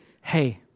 hey